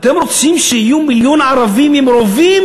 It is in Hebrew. אתם רוצים שיהיו מיליון ערבים עם רובים?